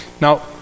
Now